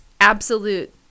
absolute